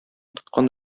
тоткан